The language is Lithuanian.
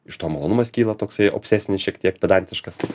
iš to malonumas kyla toksai obsesinis šiek tiek pedantiškas